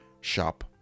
shop